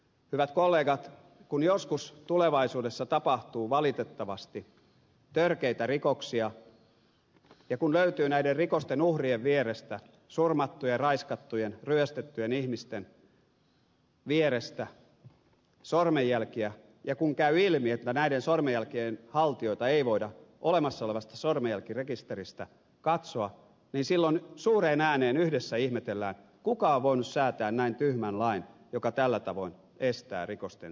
hyvät kollegat kun joskus tulevaisuudessa tapahtuu valitettavasti törkeitä rikoksia ja kun löytyy näiden rikosten uhrien vierestä surmattujen ja raiskattujen ryöstettyjen ihmisten vierestä sormenjälkiä ja kun käy ilmi että näiden sormenjälkien haltijoita ei voida olemassa olevasta sormenjälkirekisteristä katsoa niin silloin suureen ääneen yhdessä ihmetellään kuka on voinut säätää näin tyhmän lain joka tällä tavoin estää rikosten